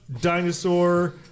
dinosaur